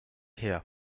her